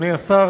אדוני השר,